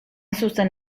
zuzen